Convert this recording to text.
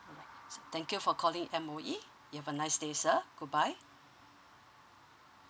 thank you for calling M_O_E you have a nice day sir goodbye